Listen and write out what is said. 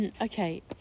okay